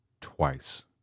twice